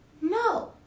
No